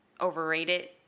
overrated